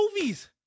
movies